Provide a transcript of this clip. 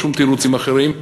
שום תירוצים אחרים,